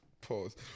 Pause